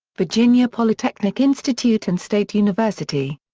virginia polytechnic institute and state university.